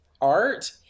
Art